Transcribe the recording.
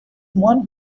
one